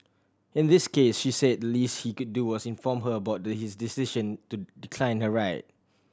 in this case she said the least he could do was inform her about his decision to decline her ride